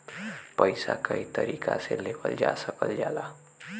पइसा कई तरीका से लेवल जा सकल जाला